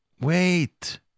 wait